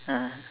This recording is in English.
ah